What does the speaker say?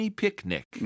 picnic